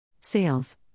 Sales